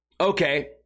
okay